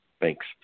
Thanks